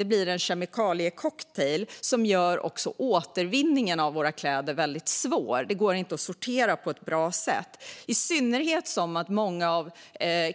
Det blir en kemikaliecocktail som också gör återvinningen av kläder väldigt svår. Det går inte att sortera på ett bra sätt, i synnerhet som många av